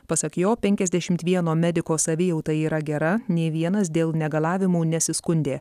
pasak jo penkiasdešimt vieno mediko savijauta yra gera nei vienas dėl negalavimų nesiskundė